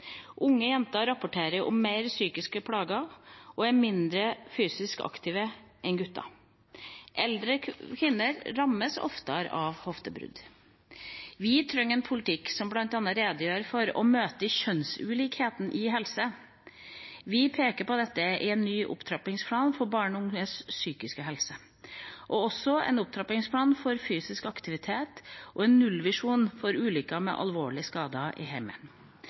Unge jenter rapporterer om mer psykiske plager og er mindre fysisk aktive enn gutter. Eldre kvinner rammes oftere av hoftebrudd. Vi trenger en politikk som bl.a. redegjør for og møter kjønnsulikhetene i helse. Vi peker på dette i en ny opptrappingsplan for barn og unges psykiske helse, og også i en handlingsplan for fysisk aktivitet og en nullvisjon for ulykker med alvorlige skader i